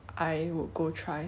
need to 背 all the